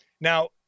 Now